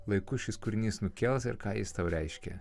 laikus šis kūrinys nukels ir ką jis tau reiškia